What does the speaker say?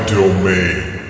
domain